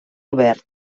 robert